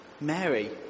Mary